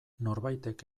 norbaitek